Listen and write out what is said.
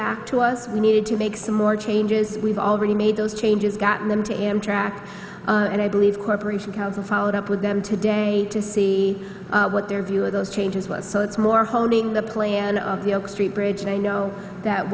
back to us we needed to make some more changes we've already made those changes gotten them to amtrak and i believe corporation council followed up with them today to see what their view of those changes was so it's more holding the plan of the oak street bridge and i know that